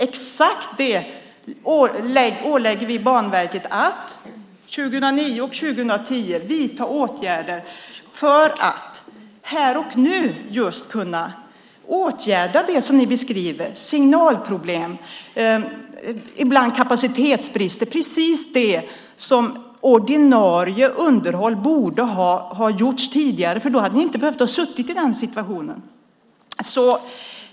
Vi ålägger Banverket att 2009 och 2010 vidta åtgärder för att komma till rätta med det som ni beskriver: signalproblem och kapacitetsbrister. Det handlar om ordinarie underhåll som borde ha utförts tidigare - då hade ni inte behövt sitta i den situationen.